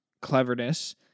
cleverness